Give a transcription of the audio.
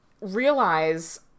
realize